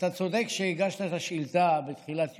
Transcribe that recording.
אתה צודק שהגשת את השאילתה בתחילת יולי,